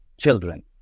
children